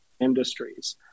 industries